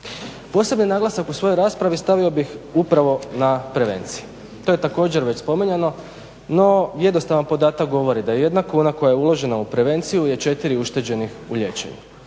Posebni naglasak u svojoj raspravi stavio bih upravo na prevenciju. To je također već spominjano. No, jednostavan podatak govori da je jedna kuna koja je uložena u prevenciju je 4 ušteđenih u liječenju.